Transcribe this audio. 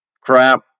crap